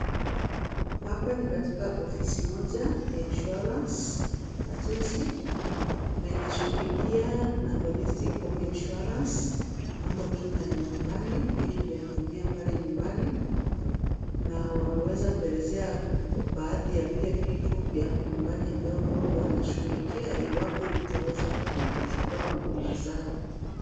Hapa ni katika ofisi moja ya insurance na jinsi. Na inashughulikia na domestic home insurance mambo tu na ya nyumbani ,vitu vya kutumia pale nyumbani. Na wameweza kuelezea baadhi ya vile vitu vya hapo nyumbani ambavyo wanavyoshughulikia iwapo utaweza kuchukua huduma zao.